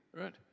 right